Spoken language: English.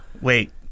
Wait